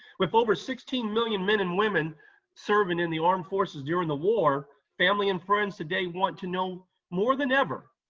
with over sixteen million men and women serving in the armed forces during the war, family and friends today want to know, more than ever,